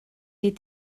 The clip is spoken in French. est